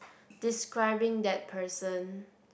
describing that person